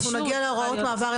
אנחנו נגיע להוראות מעבר.